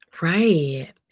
Right